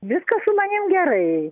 viskas su manim gerai